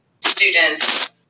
students